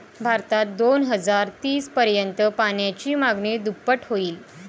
भारतात दोन हजार तीस पर्यंत पाण्याची मागणी दुप्पट होईल